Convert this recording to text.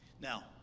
Now